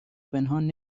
پنهان